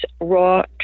raw